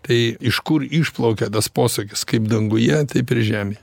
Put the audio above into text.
tai iš kur išplaukė tas posakis kaip danguje taip ir žemėje